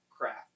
craft